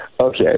Okay